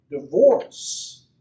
divorce